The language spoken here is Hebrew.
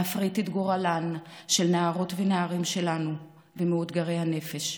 להפריט את גורלם של הנערות והנערים שלנו ושל מאותגרי הנפש,